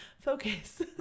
focus